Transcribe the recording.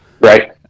Right